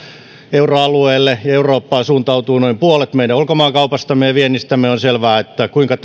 euroalueelle ja eurooppaan suuntautuu noin puolet meidän ulkomaankaupastamme ja viennistämme on selvää kuinka